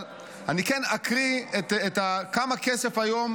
אבל אני כן אקריא על כמה כסף היום